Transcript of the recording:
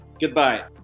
Goodbye